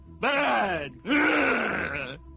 bad